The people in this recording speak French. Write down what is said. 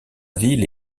ville